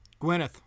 Gwyneth